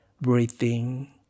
breathing